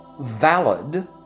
valid